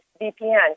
VPN